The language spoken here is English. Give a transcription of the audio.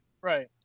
Right